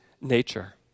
nature